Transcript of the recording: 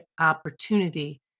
opportunity